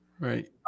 right